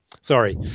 Sorry